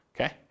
okay